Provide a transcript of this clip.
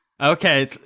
Okay